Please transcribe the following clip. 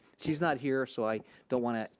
she's not here so i don't wanna,